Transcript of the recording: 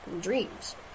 dreams